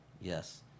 Yes